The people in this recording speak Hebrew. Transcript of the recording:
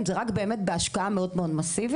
זה רק באמת בהשקעה מאוד מאוד מאסיבית.